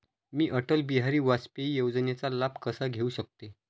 मी अटल बिहारी वाजपेयी योजनेचा लाभ कसा घेऊ शकते?